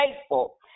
faithful